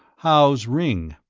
how's ringg?